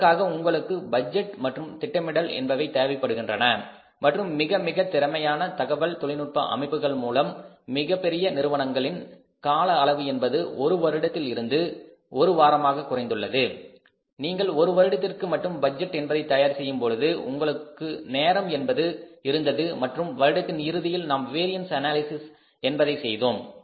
அதற்காக உங்களுக்கு பட்ஜெட் மற்றும் திட்டமிடுதல் என்பவை தேவைப்படுகின்றன மற்றும் மிக மிக திறமையான தகவல் தொழில்நுட்ப அமைப்புகள் மூலம் மிகப்பெரிய நிறுவனங்களின் கால அளவு என்பது ஒரு வருடத்தில் இருந்து ஒரு வாரமாக குறைந்துள்ளது நீங்கள் ஒரு வருடத்திற்கு மட்டும் பட்ஜெட் என்பதை தயார் செய்யும்பொழுது உங்களுக்கு நேரம் என்பது இருந்தது மற்றும் வருடத்தின் இறுதியில் நாம் வேரியன்ஸ் அனாலிசிஸ் என்பதை செய்தோம்